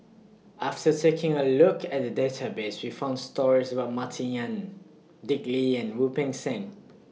after taking A Look At The Database We found stories about Martin Yan Dick Lee and Wu Peng Seng